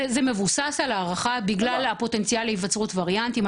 זה מבוסס על הערכה בגלל הפוטנציאל להיווצרות וריאנטים.